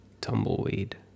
tumbleweed